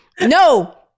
no